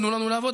תנו לנו לעבוד,